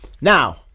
now